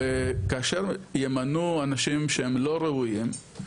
וכאשר ימנו אנשים שהם לא ראויים,